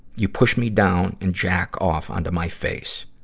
you pushed me down and jack off onto my face.